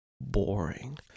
boring